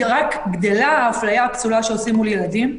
רק גדלה האפליה הפסולה שעושים מול ילדים,